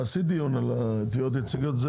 תעשי דיון על התביעות הייצוגיות,